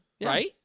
right